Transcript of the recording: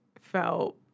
felt